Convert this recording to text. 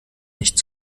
nicht